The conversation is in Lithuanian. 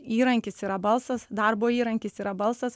įrankis yra balsas darbo įrankis yra balsas